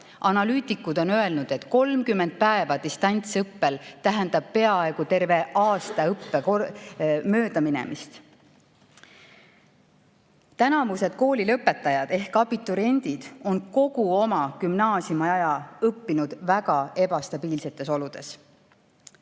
Analüütikud on öelnud, et 30 päeva distantsõppel tähendab peaaegu terve aasta õppe möödaminemist. Tänavused koolilõpetajad ehk abituriendid on kogu oma gümnaasiumiaja õppinud väga ebastabiilsetes oludes.